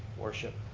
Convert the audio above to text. worship.